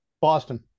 Boston